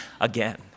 again